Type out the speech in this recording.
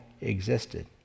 existed